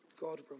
God